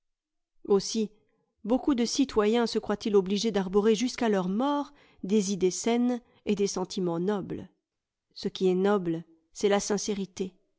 aussi beaucoup de citoyens se croient-ils obligés d'arborer jusqu'à leur mort des idées saines et des sentiments nobles ce qui est noble c'est la sincérité